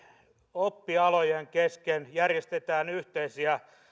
oppialojen kesken järjestetään yhteisiä